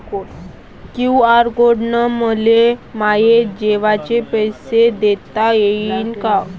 QR code न मले माये जेवाचे पैसे देता येईन का?